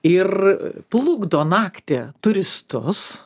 ir plukdo naktį turistus